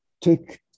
take